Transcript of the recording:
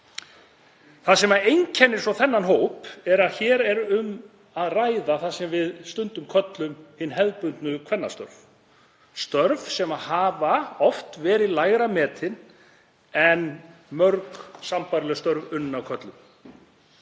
Það sem einkennir svo þennan hóp er að hér er um að ræða það sem við köllum stundum hin hefðbundnu kvennastörf, störf sem hafa oft verið lægra metin en mörg sambærileg störf unnin af körlum.